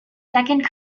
second